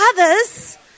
others